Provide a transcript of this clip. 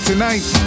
Tonight